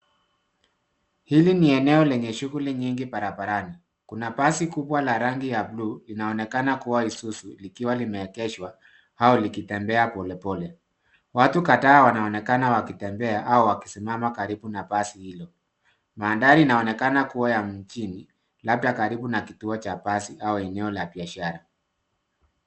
Hili ni eneo lenye shughuli nyingi barabarani. Kuna basi kubwa la rangi ya buluu linaonekana kuwa Isuzu likiwa limeegeshwa au likitembea polepole. Watu kadhaa wanaonekana wakitembea au wakisimama karibu na basi hilo. Mandhari inaonekana kuwa ya mjini labda karibu na kituo cha basi au eneo la biashara.